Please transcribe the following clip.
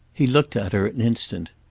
he looked at her an instant.